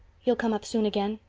you'll come up soon again.